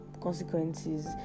consequences